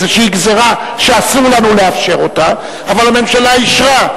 גזירה, שאסור לנו לאפשר אותה, אבל הממשלה אישרה.